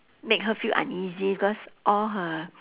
make her feel uneasy because all her